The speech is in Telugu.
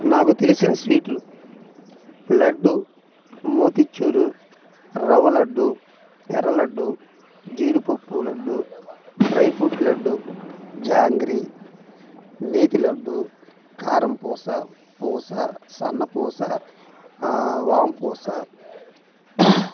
నాకు తెలిసిన స్వీట్లు లడ్డు మొతిక్చురు రవ్వ లడ్డు ఎర్ర లడ్డు జీడిపప్పు లడ్డు డ్రై ఫ్రూట్ లడ్డు జాంగ్రీ నేతి లడ్డు కారంపూస పూస సన్నపూస వాంపూస